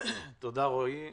תודה, רועי.